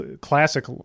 classic